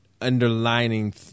underlining